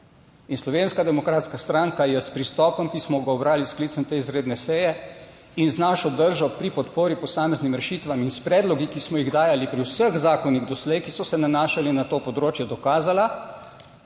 In Slovenska demokratska stranka je s pristopom, ki smo ga ubrali s sklicem te izredne seje in z našo držo pri podpori posameznim rešitvam in s predlogi, ki smo jih dajali pri vseh zakonih doslej, ki so se nanašali na to področje dokazala,